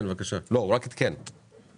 בשבוע שעבר הוועדה ביקשה להכניס תיקונים בצו